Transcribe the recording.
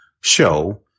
show